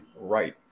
right